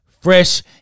fresh